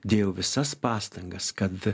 dėjau visas pastangas kad